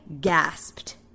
gasped